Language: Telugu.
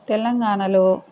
తెలంగాణలో